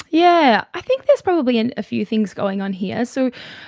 yeah, i think there's probably and a few things going on here. so,